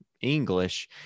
english